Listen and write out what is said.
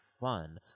fun